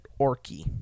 orky